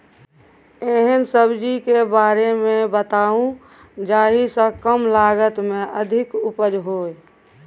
एहन सब्जी के बारे मे बताऊ जाहि सॅ कम लागत मे अधिक उपज होय?